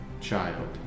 child